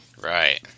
Right